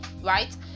right